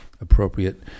appropriate